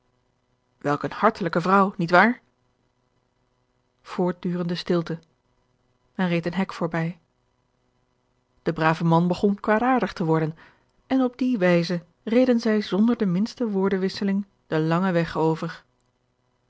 welk eene hartelijke vrouw niet waar voortdurende stilte men reed een hek voorbij de brave man begon kwaadaardig te worden en op die wijze reden zij zonder de minste woordenwisseling den langen weg over